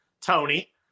Tony